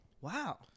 Wow